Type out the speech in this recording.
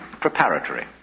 preparatory